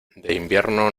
invierno